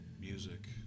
music